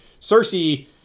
Cersei